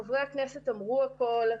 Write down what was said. חברי הכנסת אמרו הכול,